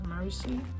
mercy